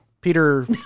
Peter